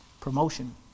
Promotion